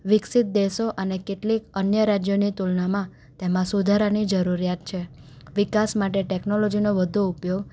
વિકસિત દેશો અને કેટલીક અન્ય રાજ્યની તુલનામાં તેમાં સુધારાની જરુરિયાત છે વિકાસ માટે ટેક્નોલોજીનો વધુ ઉપયોગ